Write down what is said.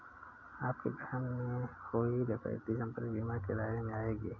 आपके घर में हुई डकैती संपत्ति बीमा के दायरे में आएगी